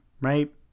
right